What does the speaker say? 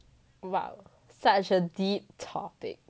!wow! such a deep topic